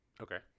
Okay